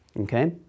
Okay